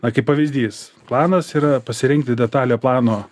na kaip pavyzdys planas yra pasirinkti detalę plano